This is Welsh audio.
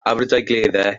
aberdaugleddau